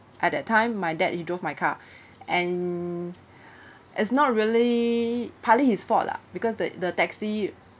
at that time my dad he drove my car and is not really partly his fault lah because the the taxi